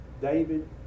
David